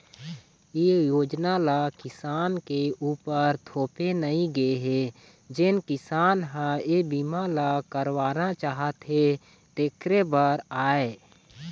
ए योजना ल किसान के उपर थोपे नइ गे हे जेन किसान ह ए बीमा ल करवाना चाहथे तेखरे बर आय